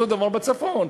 אותו דבר בצפון,